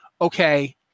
Okay